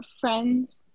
friend's